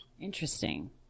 Interesting